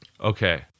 Okay